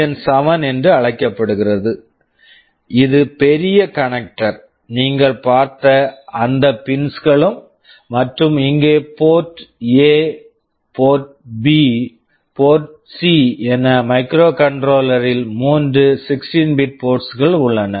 என்7 CN7 என்று அழைக்கப்படுகிறது இது பெரிய கனக்டர் connector நீங்கள் பார்த்த அந்த பின்ஸ் pins களும் மற்றும் இங்கே port A Pot A port B Port B port C Port C என மைக்ரோகண்ட்ரோலர் microcontroller ல் மூன்று 16 பிட் போர்ட்ஸ் ports கள் உள்ளன